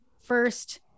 first